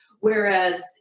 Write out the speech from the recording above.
Whereas